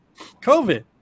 COVID